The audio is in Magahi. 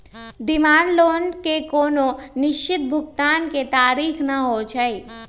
डिमांड लोन के कोनो निश्चित भुगतान के तारिख न होइ छइ